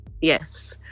Yes